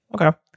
okay